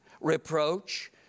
reproach